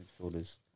Midfielders